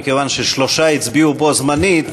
מכיוון ששלושה הצביעו בו זמנית,